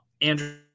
Andrew